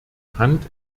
hand